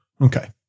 okay